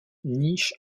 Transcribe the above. niche